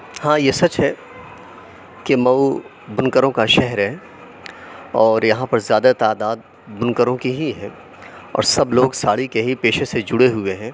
ہاں یہ سچ ہے کہ مئو بنکروں کا شہر ہے اور یہاں پر زیادہ تعداد بنکروں کی ہی ہے اور سب لوگ ساڑی کے ہی پیشے سے جڑے ہوئے ہیں